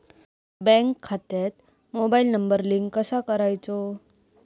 Bank खात्यात mobile number link कसो करायचो?